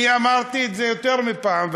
אני אמרתי את זה יותר מפעם אחת,